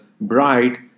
bright